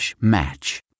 match